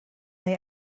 neu